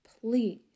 please